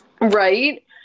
Right